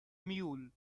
mule